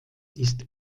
ist